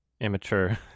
immature